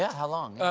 yeah how long.